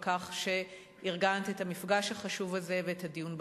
על כך שארגנת את המפגש החשוב הזה ואת הדיון בכנסת.